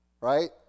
Right